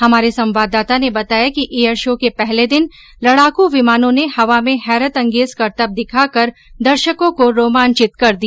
हमारे संवाददाता ने बताया कि एयर शो के पहले दिन लड़ाकू विमानों ने हवा में हैरतअँगेज करतब दिखाकर दर्शकों को रोमांचित कर दिया